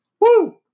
Woo